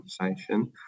conversation